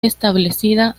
establecida